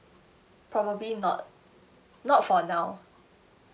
probably not not for now